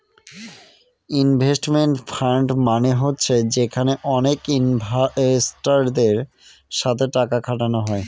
investment fund মানে হচ্ছে যেখানে অনেক ইনভেস্টারদের সাথে টাকা খাটানো হয়